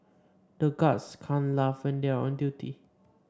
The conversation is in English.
the guards can't laugh when they are on duty